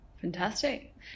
Fantastic